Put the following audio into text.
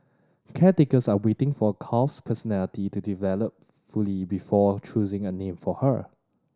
caretakers are waiting for calf's personality to develop fully before choosing a name for her